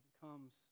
comes